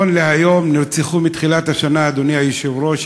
עד היום, מתחילת השנה, נרצחו,